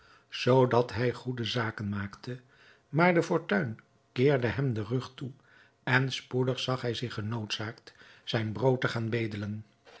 zoodat hij goede zaken maakte maar de fortuin keerde hem den rug toe en spoedig zag hij zich genoodzaakt zijn brood te gaan bedelen